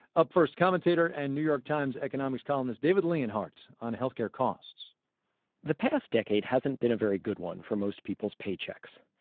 up first, commentator and new york times economics columnist david leonhardt on health care costs the past decade hasn't been a very good one for most people's paychecks.